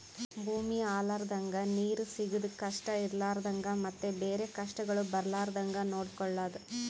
ಭೂಮಿ ಹಾಳ ಆಲರ್ದಂಗ, ನೀರು ಸಿಗದ್ ಕಷ್ಟ ಇರಲಾರದಂಗ ಮತ್ತ ಬೇರೆ ಕಷ್ಟಗೊಳ್ ಬರ್ಲಾರ್ದಂಗ್ ನೊಡ್ಕೊಳದ್